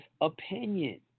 opinion